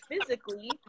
physically